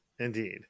indeed